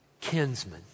kinsman